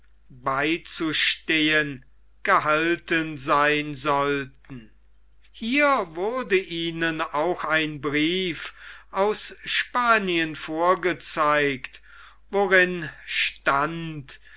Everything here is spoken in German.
beizustehen gehalten sein sollten hier wurde ihnen auch ein brief aus spanien vorgezeigt worin stand